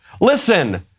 Listen